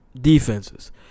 defenses